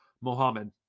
Mohammed